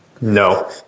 No